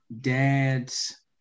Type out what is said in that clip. dad's